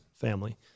family